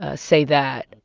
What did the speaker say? ah say that.